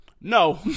No